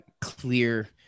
clear